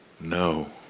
no